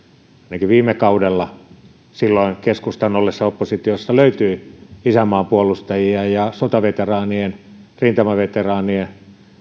ainakin viime kaudella keskustan ollessa silloin oppositiossa vielä löytyi isänmaan puolustajia ja sotaveteraanien ja rintamaveteraanien